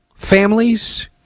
Families